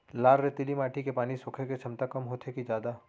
लाल रेतीली माटी के पानी सोखे के क्षमता कम होथे की जादा?